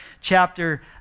chapter